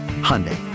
Hyundai